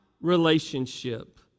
relationship